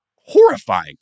horrifying